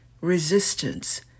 Resistance